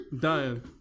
dying